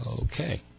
okay